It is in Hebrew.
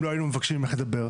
אם לא היו מבקשים ממך לדבר.